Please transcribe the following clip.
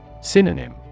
Synonym